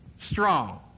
strong